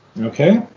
Okay